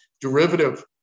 derivative